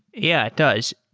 yeah, it does.